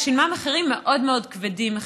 ושילמה מחירים מאוד כבדים,